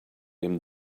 him